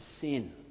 sin